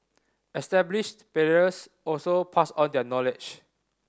established players also pass on their knowledge